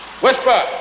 Whisper